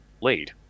lead